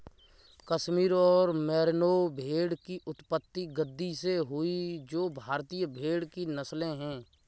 कश्मीर और मेरिनो भेड़ की उत्पत्ति गद्दी से हुई जो भारतीय भेड़ की नस्लें है